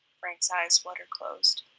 frank's eyes flutter closed.